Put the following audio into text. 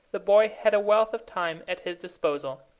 the boy had a wealth of time at his disposal.